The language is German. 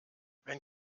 wenn